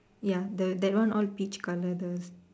ya the that one all beige colour the